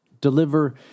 deliver